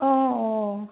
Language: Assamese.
অঁ অঁ